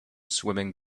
swimming